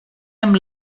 amb